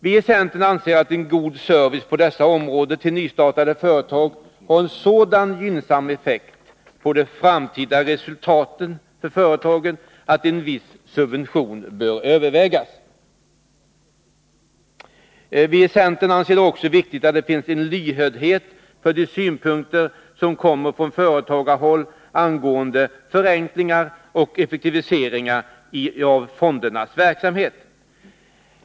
Vi i centern anser att en god service på dessa områden till nystartade företag har en sådan gynnsam effekt på det framtida resultatet för företagen att en viss subventionering bör övervägas. Vi i centern anser det också viktigt att det finns en lyhördhet för de synpunkter som kommer från företagarhåll angående förenklingar och effektiviseringar av fondernas verksamhet.